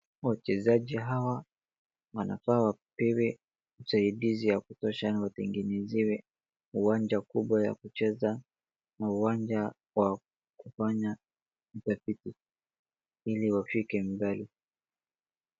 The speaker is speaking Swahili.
Wachezaji hawa wanafaa wapewe ushaidizi ya kutosha na watengenezewe uwanja kubwa ya kucheza na uwanja wa kufanya utafiti ili wafike mbali.